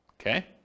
Okay